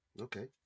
Okay